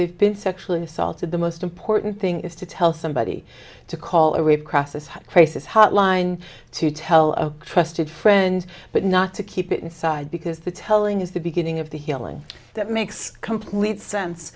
they've been sexually assaulted the most important thing is to tell somebody to call or a process crisis hotline to tell a trusted friend but not to keep it inside because the telling is the beginning of the healing that makes complete sense